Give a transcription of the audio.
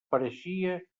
pareixia